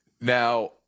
Now